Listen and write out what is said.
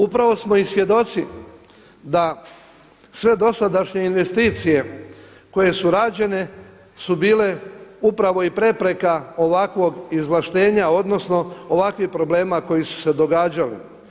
Upravo smo i svjedoci da sve dosadašnje investicije koje su rađene su bile upravo i prepreka ovakvog izvlaštenja, odnosno ovakvih problema koji su se događali.